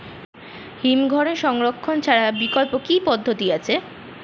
হিমঘরে সংরক্ষণ ছাড়া বিকল্প কি পদ্ধতি আছে?